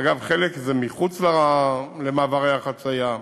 אגב, חלק מחוץ למעברי החציה.